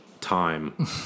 time